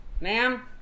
ma'am